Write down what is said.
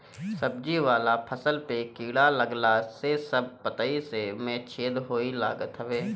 सब्जी वाला फसल पे कीड़ा लागला से सब पतइ में छेद होए लागत हवे